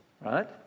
right